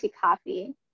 coffee